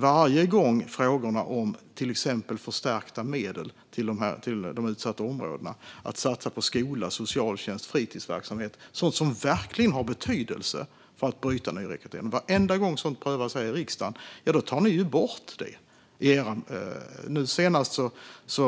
Varje gång frågorna om till exempel förstärkta medel till de utsatta områdena och om att satsa på skola, socialtjänst och fritidsverksamhet - sådant som verkligen har betydelse för att bryta nyrekryteringen - prövas här i riksdagen tar ni i Moderaterna bort det. Nu senast